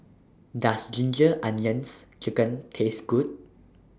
Does Ginger Onions Chicken Taste Good